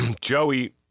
Joey